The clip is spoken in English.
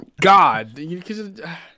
God